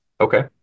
Okay